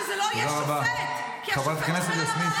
אבל שזה לא יהיה שופט כי השופט שומר על המערכת,